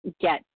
get